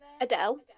Adele